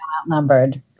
outnumbered